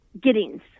Giddings